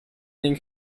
being